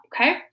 okay